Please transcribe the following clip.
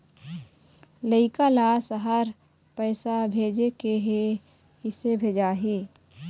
लइका ला शहर पैसा भेजें के हे, किसे भेजाही